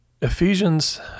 Ephesians